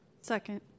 Second